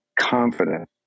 confident